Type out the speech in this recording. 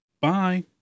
Bye